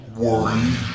worry